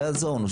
לא יעזור לנו,